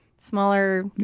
Smaller